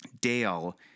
Dale